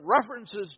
references